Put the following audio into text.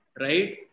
Right